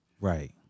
Right